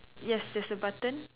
yes there's a button